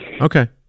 okay